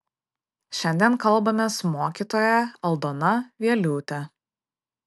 šiandien kalbamės su mokytoja aldona vieliūte